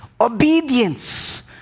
Obedience